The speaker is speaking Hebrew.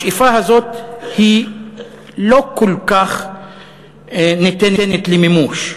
השאיפה הזאת לא כל כך ניתנת למימוש,